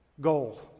goal